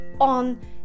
on